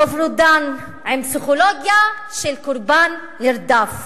רוב רודן עם פסיכולוגיה של קורבן נרדף.